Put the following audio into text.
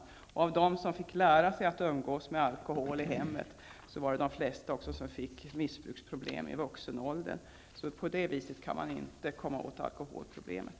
Flertalet av dem som vid vuxen ålder fick alkoholproblem fanns i den grupp som fick lära sig umgås med alkohol i hemmet. På det sättet kan man inte komma åt alkoholproblemet.